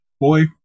Boy